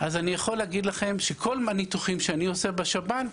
אז אני יכול להגיד לכם שכל הניתוחים שאני עושה בשב"ן,